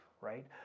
right